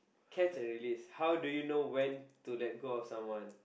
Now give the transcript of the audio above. catch or release how do you know when to let go of someone